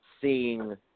seeing